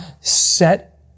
set